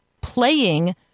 playing